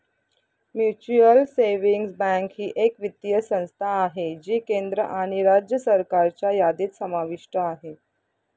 mutual savings bank ही एक वित्तीय संस्था आहे जी केंद्र आणि राज्य सरकारच्या यादीत समाविष्ट आहे